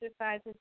exercises